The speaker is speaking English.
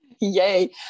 Yay